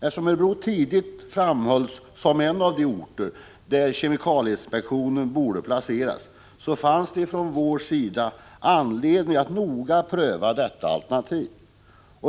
Eftersom Örebro tidigt framhölls som en av de orter där kemikalieinspektionen borde placeras, så fanns det från vår sida anledning att noga pröva detta alternativ.